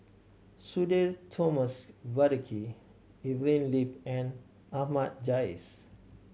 Sudhir Thomas Vadake Evelyn Lip and Ahmad Jais